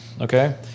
okay